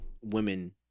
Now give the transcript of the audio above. women